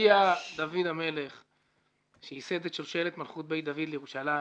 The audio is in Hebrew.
הגיע דוד המלך שייסד את שלשלת מלכות בית דוד לירושלים,